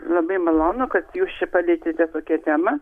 labai malonu kad jūs čia palietėte tokią temą